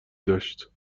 داشت